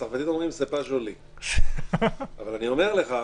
בצרפתית אומרים: --- אבל אני אומר לך: